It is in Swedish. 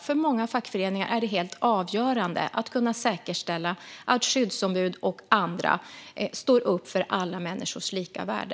För många fackföreningar är det helt avgörande att kunna säkerställa att skyddsombud och andra står upp för alla människors lika värde.